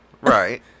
Right